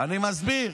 אני מסביר.